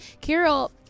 carol